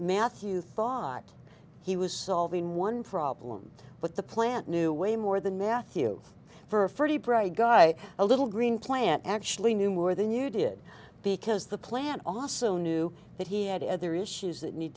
matthew thought he was solving one problem but the plant knew way more than matthew for forty bright guy a little green plant actually knew more than you did because the plant awesome knew that he had other issues that need